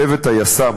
צוות היס"מ,